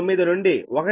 9 నుండి 1